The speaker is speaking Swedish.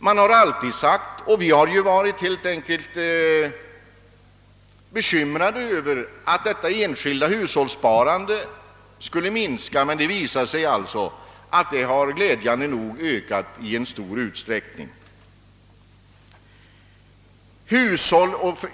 Det har alltid sagts — och vi har varit bekymrade härför — att det enskilda hushållssparandet skulle minska. Men det visar sig alltså att det ökat i glädjande stor utsträckning.